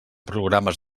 programes